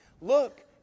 Look